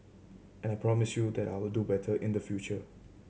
and I promise you that I will do better in the future